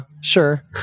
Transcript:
sure